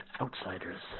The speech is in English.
outsiders